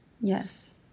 yes